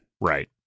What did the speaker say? Right